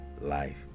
life